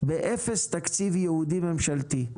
באפס תקציב ייעודי ממשלתי,